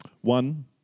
One